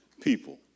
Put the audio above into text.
people